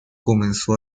comenzó